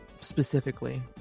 specifically